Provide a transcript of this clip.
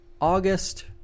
August